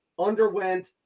Underwent